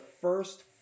first